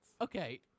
Okay